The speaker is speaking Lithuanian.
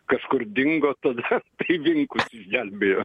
kažkur dingo tada tai vinkus išgelbėjo